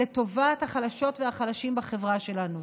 לטובת החלשות והחלשים בחברה שלנו.